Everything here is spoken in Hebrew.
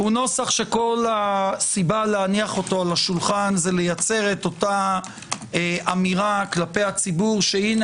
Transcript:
כל הסיבה להניחו על השולחן זה לייצר את אותה אמירה כלפי הציבור שהנה